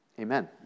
Amen